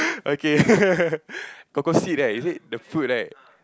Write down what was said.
okay cocoa seed right is it the fruit right